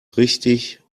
richtig